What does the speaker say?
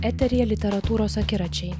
eteryje literatūros akiračiai